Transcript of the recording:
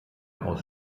aus